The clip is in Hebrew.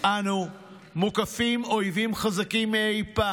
אנו מוקפים אויבים חזקים מאי פעם.